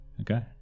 Okay